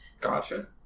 Gotcha